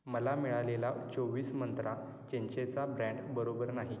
मला मिळालेला चोवीस मंत्रा चिंचेचा ब्रँड बरोबर नाही